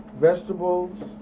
vegetables